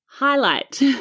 Highlight